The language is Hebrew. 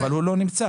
אבל הוא לא נמצא.